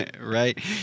Right